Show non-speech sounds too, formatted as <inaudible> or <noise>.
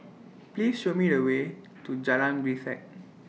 <noise> Please Show Me The Way <noise> to Jalan Grisek <noise>